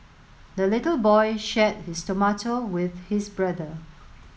the little boy shared his tomato with his brother